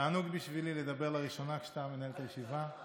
תענוג בשבילי לדבר לראשונה כשאתה מנהל את הישיבה.